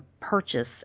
purchase